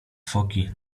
foki